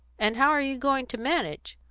and how are you going to manage?